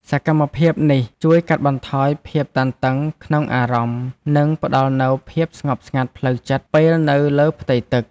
សកម្មភាពនេះជួយកាត់បន្ថយភាពតានតឹងក្នុងអារម្មណ៍ និងផ្ដល់នូវភាពស្ងប់ស្ងាត់ផ្លូវចិត្ត ពេលនៅលើផ្ទៃទឹក។